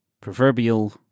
proverbial